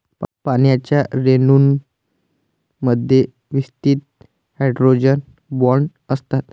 पाण्याच्या रेणूंमध्ये विस्तृत हायड्रोजन बॉण्ड असतात